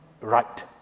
right